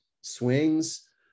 swings